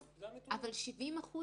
אבל 70%